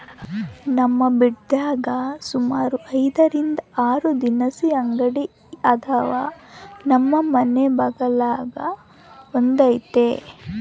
ನಮ್ ಬಿಡದ್ಯಾಗ ಸುಮಾರು ಐದರಿಂದ ಆರು ದಿನಸಿ ಅಂಗಡಿ ಅದಾವ, ನಮ್ ಮನೆ ಬಗಲಾಗ ಒಂದೈತೆ